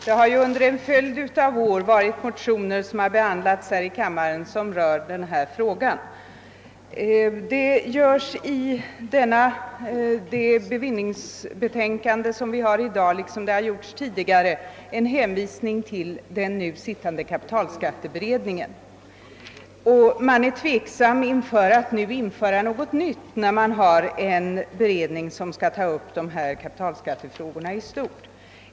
Herr talman! Under en följd av år har det här i kammaren väckts motioner som rör denna fråga. Det görs i bevillningsutskottets betänkande som i dag föreligger liksom det har gjorts tidigare en hänvisning till den nu sittande kapitalskatteberedningen, och utskottet känner tveksamhet inför att ta upp någonting nytt när det finns en beredning som skall behandla kapitalbeskattningsfrågorna i stort.